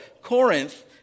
Corinth